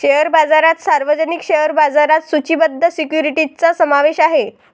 share बाजारात सार्वजनिक share बाजारात सूचीबद्ध सिक्युरिटीजचा समावेश आहे